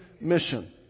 mission